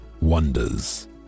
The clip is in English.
wonders